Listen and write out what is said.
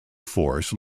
force